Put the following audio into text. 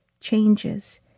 changes